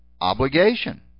obligation